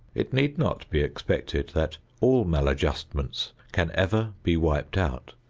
it need not be expected that all maladjustments can ever be wiped out.